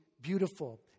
beautiful